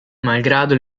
malgrado